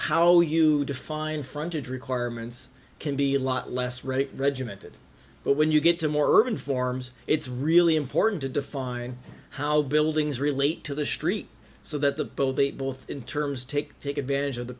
how you define frontage requirements can be a lot less rate regimented but when you get to more urban forms it's really important to define how buildings relate to the street so that the both they both in terms take take advantage of the